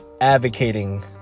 advocating